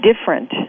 different